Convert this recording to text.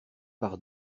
par